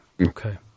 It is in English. Okay